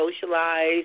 socialize